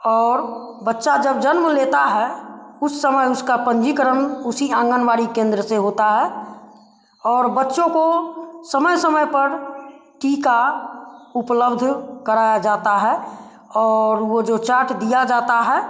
और बच्चा जब जन्म लेता है उस समय उसका पंजीकरण उसी आंगनवाड़ी केंद्र से होता है और बच्चों को समय समय पर टीका उपलब्ध कराया जाता है और वह जो चार्ट दिया जाता है